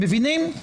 מבינים?